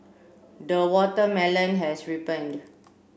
the watermelon has ripened